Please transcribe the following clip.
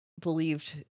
believed